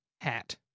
hat